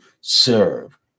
serve